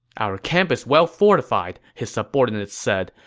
our camp is well fortified, his subordinates said.